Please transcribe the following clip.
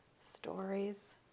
stories